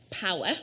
power